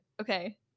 Okay